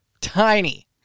Tiny